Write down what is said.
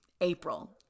April